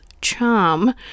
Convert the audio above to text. charm